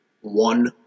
one